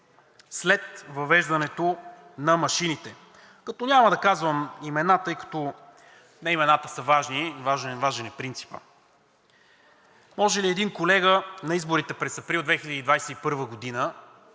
след въвеждането на машините, като няма да казвам имена, тъй като не имената са важни, важен е принципът. Може ли един колега на изборите през април 2021 г. да